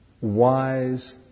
wise